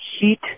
heat